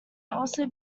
also